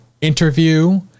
interview